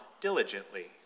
diligently